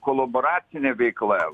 kolaboracinė veikla